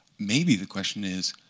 maybe the question is,